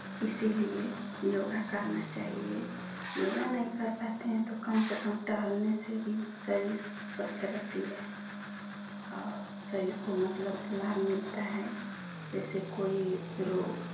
इसीलिए योगा करना चाहिए योगा नहीं कर पाते हैं तो कम से कम टहलने से भी शरीर स्वच्छ रहती है और शरीर को मतलब लाभ मिलता है जैसे कोई रोग